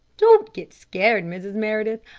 don't get scared, mrs. meredith.